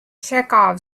chekhov